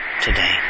today